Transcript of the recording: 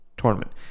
tournament